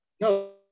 No